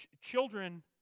children